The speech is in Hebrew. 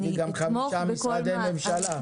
הוא מביא גם חמישה משרדי ממשלה.